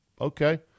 Okay